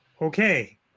Okay